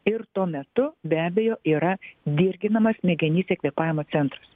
ir tuo metu be abejo yra dirginama smegenyse kvėpavimo centras